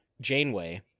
Janeway